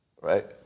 right